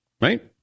Right